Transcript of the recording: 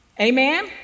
Amen